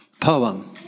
poem